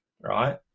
right